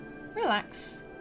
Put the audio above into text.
relax